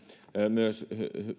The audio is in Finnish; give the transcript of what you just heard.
myös